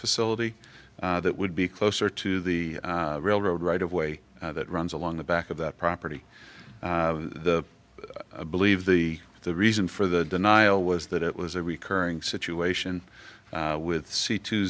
facility that would be closer to the railroad right of way that runs along the back of that property the believe the the reason for the denial was that it was a recurring situation with c two